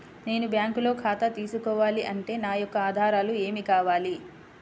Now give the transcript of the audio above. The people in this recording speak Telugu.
నేను బ్యాంకులో ఖాతా తీసుకోవాలి అంటే నా యొక్క ఆధారాలు ఏమి కావాలి?